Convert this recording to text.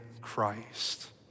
Christ